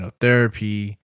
therapy